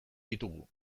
ditugu